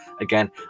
again